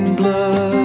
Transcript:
blood